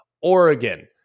Oregon